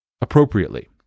appropriately